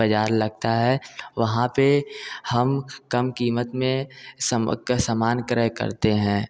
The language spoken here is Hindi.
बज़ार लगता है वहाँ पर हम कम कीमत में समवक का समान क्रय करते हैं